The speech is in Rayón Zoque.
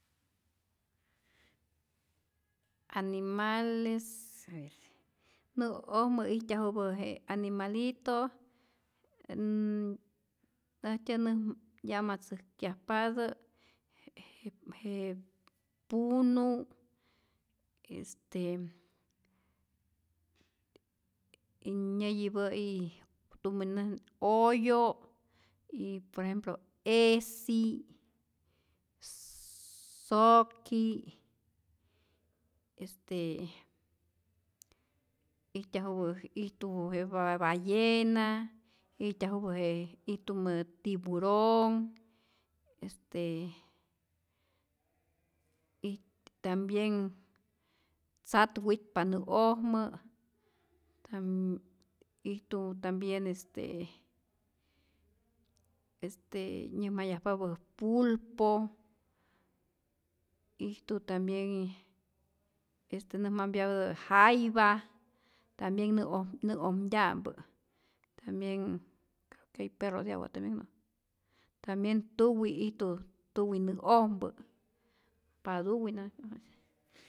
Animales nä'ojmä ijtyajupä je animalito äjtyä näm yamatzäjkyajpatä je je punu', este y nyäyipä'i tumä näj oyo', por ejemplo ejsi, soki', este ijtyajupä ijtumä je ba ballena, ijtyajupä je ijtumä tiburón, este ij tambien tzat witpa nä'ojmä, itu tambien este este nyäjmayajapapä pulpo, ijtu tambien este näjmampyatä jaiba, tambien nä'oj nä'ojmtya'mpä, el perro de agua tambien no, tambien tuwi' ijtu tuwi nä'ojmpä, patuwi' nä't näja.